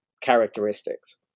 characteristics